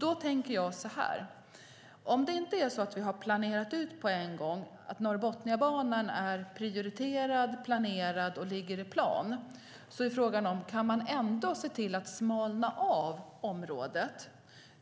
Då tänker jag så här: Om inte Norrbotniabanan är prioriterad och ligger i plan är frågan om man ändå kan se till att smalna av området